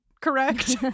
correct